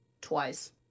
twice